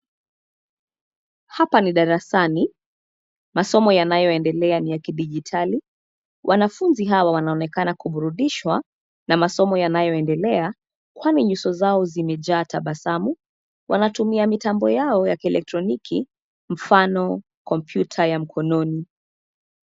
Hapa ni darasani. Masomo yanayoendelea ni ya kidijitali. Wanafunzi hawa wanaonekana kuburudishwa na masomo yanayoendelea kwani nyuso zao zimejaa tabasamu. Wanatumia mitambo yao ya kielektroniki mfano, kompyuta ya mkononi.